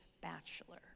bachelor